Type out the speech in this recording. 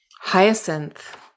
Hyacinth